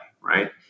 right